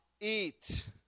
eat